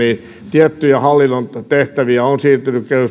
tiettyjä hallinnon tehtäviä on siirtynyt